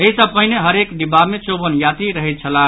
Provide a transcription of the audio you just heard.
एहि सँ पहिने हरेक डिब्बा मे चौवन यात्री रहैत छलाह